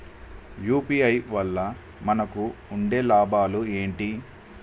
UPI వల్ల మనకు ఉండే లాభాలు ఏంటి?